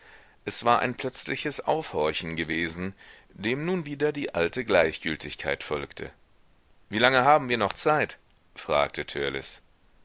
es war ein plötzliches aufhorchen gewesen dem nun wieder die alte gleichgültigkeit folgte wie lange haben wir noch zeit fragte